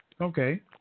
okay